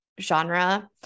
genre